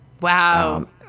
Wow